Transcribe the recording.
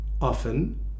often